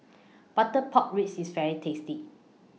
Butter Pork Ribs IS very tasty